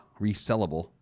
resellable